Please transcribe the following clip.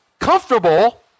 comfortable